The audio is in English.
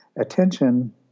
attention